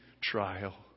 trial